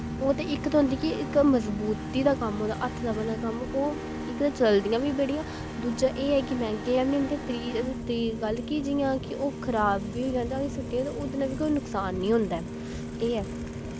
ओह् ते इक ते होंदी कि इक मजबूती दा कम्म हत्थ दा बने दा कम्म ओह् इक ते चलदियां बी बड़ियां दूजा एह् ऐ कि मैंह्गियां बी नी ते त्री त्री गल्ल कि जियां कि ओह् खराब बी होई जान ते असें सुट्टियै ते ओह्दे ने बी कोई नुकसान नी होंदा ऐ एह् ऐ